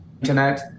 internet